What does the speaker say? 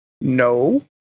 No